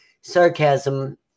sarcasm